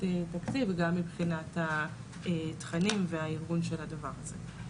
תקציב וגם מבחינת התכנים והארגון של הדבר הזה.